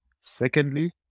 Secondly